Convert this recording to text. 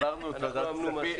זו טבילת האש הראשונה שלך פה.